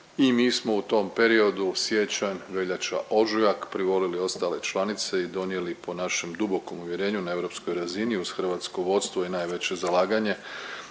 i mi smo u tom periodu siječanj, veljača, ožujak privolili ostale članice i donijeli po našem dubokom uvjerenju na europskoj razini uz hrvatsko vodstvo i najveće zalaganje